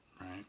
right